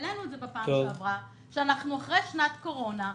העלינו את זה בפעם שעברה, שאנחנו אחרי שנת קורונה.